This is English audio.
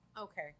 Okay